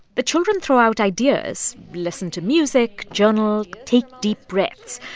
the children throw out ideas listen to music, journal, take deep breaths,